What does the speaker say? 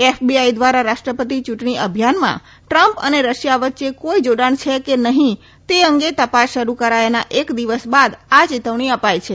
FBI દ્વારા રાષ્ટ્રપતિ ચૂંટણી અભિયાનમાં ટ્રમ્પ અને રશિયા વચ્ચે કોઈ જોડાણ છે કે નહીં તે અંગે તપાસ શરૂ કરાયાના એક દિવસ બાદ આ ચેતવણી અપાઈ છે